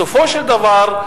בסופו של דבר,